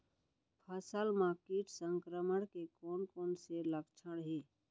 फसल म किट संक्रमण के कोन कोन से लक्षण हे?